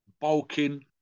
bulking